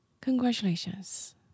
congratulations